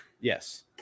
Yes